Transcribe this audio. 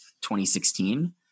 2016